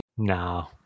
No